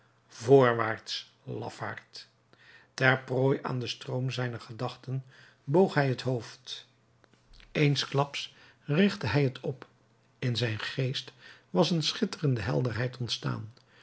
voorwaarts lafaard ter prooi aan den stroom zijner gedachten boog hij het hoofd eensklaps richtte hij het op in zijn geest was een schitterende helderheid ontstaan